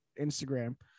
Instagram